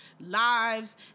lives